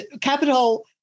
Capital